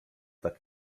tak